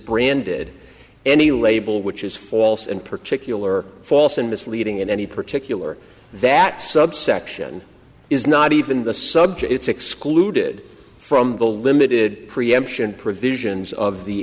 misbranded any label which is false and particular false and misleading in any particular that subsection is not even the subject it's excluded from the limited preemption provisions of the